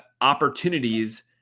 opportunities